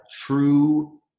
true